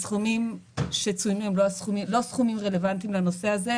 הסכומים שצוינו הם לא סכומים רלוונטיים לנושא הזה,